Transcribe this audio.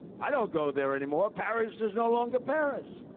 i don't go there anymore. paris is no longer paris.